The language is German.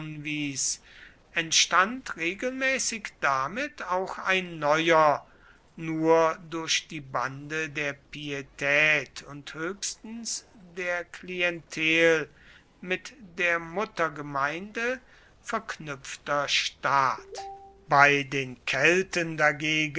entstand regelmäßig damit auch ein neuer nur durch die bande der pietät und höchstens der klientel mit der muttergemeinde verknüpfter staat bei den kelten